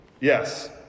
Yes